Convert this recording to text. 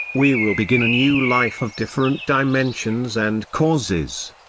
we will begin a new life of different dimensions and causes.